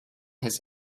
his